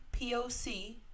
poc